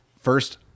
first